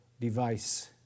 device